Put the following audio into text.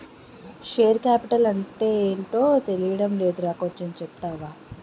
Share capital అంటేటో తెలీడం లేదురా కొంచెం చెప్తావా?